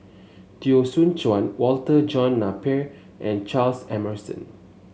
Teo Soon Chuan Walter John Napier and Charles Emmerson